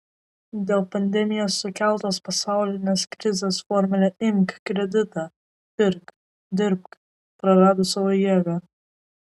dėl pandemijos sukeltos pasaulinės krizės formulė imk kreditą pirk dirbk prarado savo jėgą